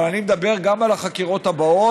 אבל אני מדבר גם על החקירות הבאות.